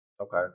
Okay